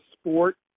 sport